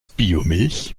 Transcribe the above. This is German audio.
biomilch